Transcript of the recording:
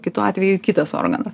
kitu atveju kitas organas